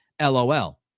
LOL